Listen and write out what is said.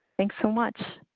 thanks so much.